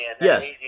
Yes